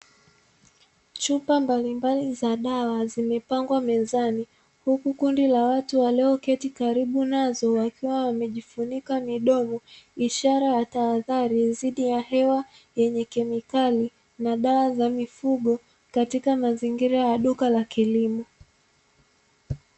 Chupa mbalimbali za dawa zimepangwa mezani, huku kundi la watu walioketi karibu nazo wakiwa wamejifunika midomo, ishara ya tahadhari dhidi ya hewa yenye kemikali na dawa za mifugo katika mazingira ya duka la kilimo.